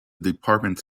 departments